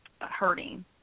hurting